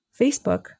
Facebook